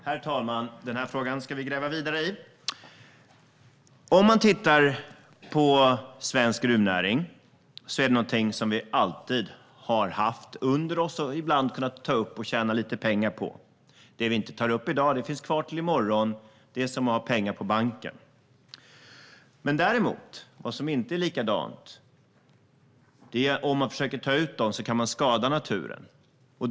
Herr talman! Denna fråga ska vi gräva vidare i. Om man tittar på svensk gruvnäring är det någonting som vi alltid har haft under oss och ibland kunnat ta upp och tjäna lite pengar på. Det som vi inte tar upp i dag finns kvar till i morgon. Det är som att ha pengar på banken. Det som inte är som att ha pengar på banken är att om man försöker ta upp detta kan man skada naturen.